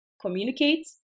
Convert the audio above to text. communicate